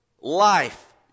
life